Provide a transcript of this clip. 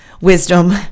wisdom